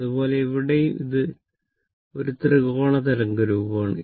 അതുപോലെ ഇവിടെയും ഇത് ഒരു ത്രികോണ തരംഗ രൂപമാണ്